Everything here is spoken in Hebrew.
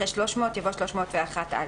אחרי "300," יבוא "301א".